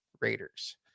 Raiders